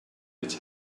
its